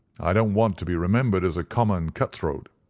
i don't want to be remembered as a common cut-throat.